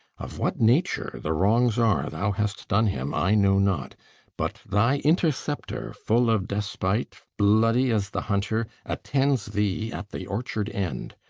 of what nature the wrongs are thou hast done him, i know not but thy intercepter, full of despite, bloody as the hunter, attends thee at the orchard-end.